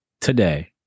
today